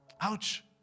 Ouch